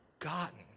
forgotten